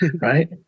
Right